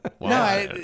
No